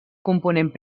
component